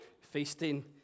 feasting